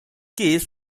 gibbs